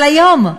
אבל היום?